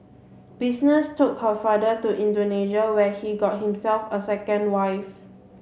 business took her father to Indonesia where he got himself a second wife